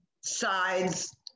side's